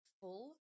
full